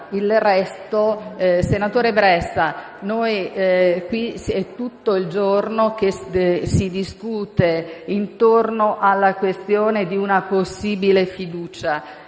senatore Bressa, è tutto il giorno che si discute intorno alla questione di una possibile fiducia.